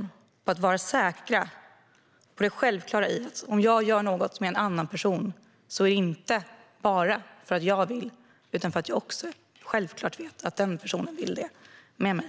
Då kan vi vara säkra på att det är självklart att om jag gör något med en annan person är det inte bara för att jag vill utan för att jag vet att den personen också vill det tillsammans med mig.